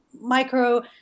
micro